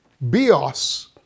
Bios